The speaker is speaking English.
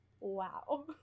Wow